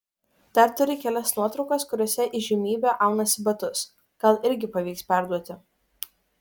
dar turi kelias nuotraukas kuriose įžymybė aunasi batus gal irgi pavyks parduoti